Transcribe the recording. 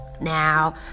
Now